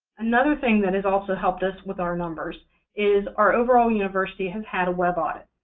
another thing that has also helped us with our numbers is our overall university has had a web audit.